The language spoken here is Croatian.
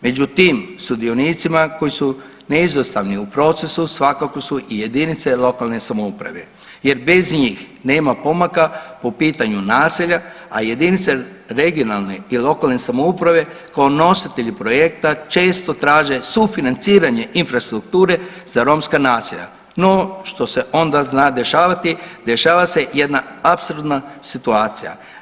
Međutim, sudionicima koji su neizostavni u procesu svakako su i JLS jer bez njih nema pomaka po pitanju naselja, a jedinice regionalne i lokalne samouprave kao nositelji projekta često traže sufinanciranje infrastrukture za romska naselja, no što se onda zna dešavati dešava se jedna apsolutna situacija.